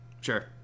Sure